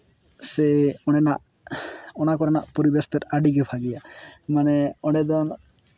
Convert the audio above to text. ᱥᱮ ᱚᱸᱰᱮᱱᱟᱜ ᱚᱱᱟ ᱠᱚᱨᱮᱱᱟᱜ ᱟᱹᱰᱤ ᱵᱷᱟᱜᱮᱭᱟ ᱢᱟᱱᱮ ᱚᱸᱰᱮ ᱫᱚ